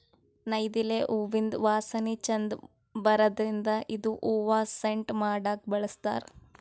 ನೈದಿಲೆ ಹೂವಿಂದ್ ವಾಸನಿ ಛಂದ್ ಬರದ್ರಿನ್ದ್ ಇದು ಹೂವಾ ಸೆಂಟ್ ಮಾಡಕ್ಕ್ ಬಳಸ್ತಾರ್